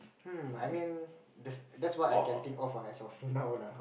hm I mean that's that's what I can think of lah as of now lah